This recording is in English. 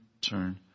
turn